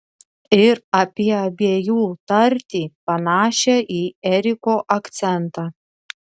ir apie abiejų tartį panašią į eriko akcentą